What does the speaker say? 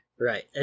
Right